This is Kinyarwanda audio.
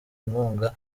inkunga